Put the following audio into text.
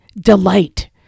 delight